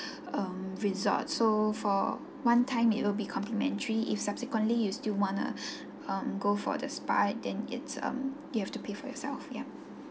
um resort so for one time it will be complimentary if subsequently you still wanna um go for the spa then it's um you have to pay for yourself yup